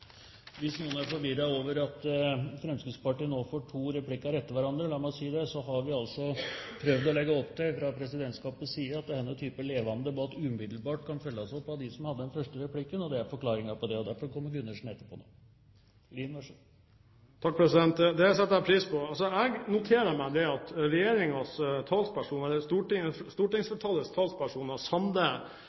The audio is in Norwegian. Hvis noen er forvirret over at Fremskrittspartiet nå får to replikker etter hverandre, så har vi fra presidentskapets side prøvd å legge opp til at denne typen levende debatt umiddelbart kan følges opp av dem som hadde den første replikken. Det er forklaringen på det, og derfor kommer Gundersen etterpå. Lien, vær så god. Takk, det setter jeg pris på. Jeg noterer meg at regjeringens talsperson eller